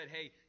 hey